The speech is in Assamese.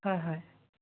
হয় হয়